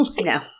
No